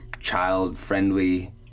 child-friendly